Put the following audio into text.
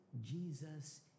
Jesus